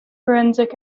forensic